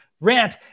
rant